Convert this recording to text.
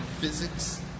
Physics